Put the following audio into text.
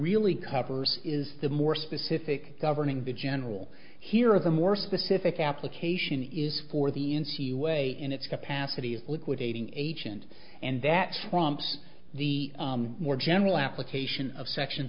really covers is the more specific governing the general here is a more specific application is for the n c way in its capacity of liquidating agent and that trumps the more general application of section